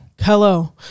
Hello